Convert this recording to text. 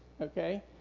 okay